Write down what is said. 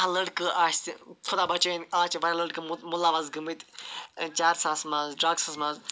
لٔڑکہٕ آسہِ خۄدا بَچٲیِنۍ آز چھِ لٔڑکہٕ مُلَوَث گٔمٕتۍ چَرسَس مَنٛز ڈرگسَس مَنٛز